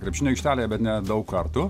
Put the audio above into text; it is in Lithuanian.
krepšinio aikštelėje bet ne daug kartų